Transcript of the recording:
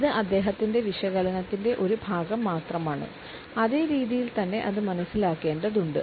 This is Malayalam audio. ഇത് അദ്ദേഹത്തിന്റെ വിശകലനത്തിന്റെ ഒരു ഭാഗം മാത്രമാണ് അതേ രീതിയിൽ തന്നെ അത് മനസ്സിലാക്കേണ്ടതുണ്ട്